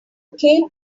came